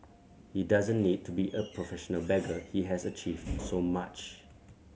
he doesn't need to be a professional beggar he has achieved so much